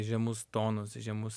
žemus tonus žemus